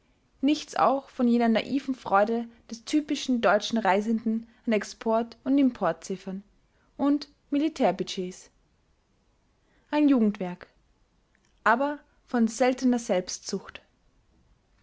nichts auch von jener naiven freude des typischen deutschen reisenden an export und importziffern und militärbudgets ein jugendwerk aber von seltener selbstzucht